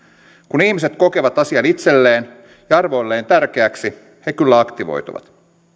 kun ihmiset kokevat asian itselleen ja arvoilleen tärkeäksi he kyllä aktivoituvat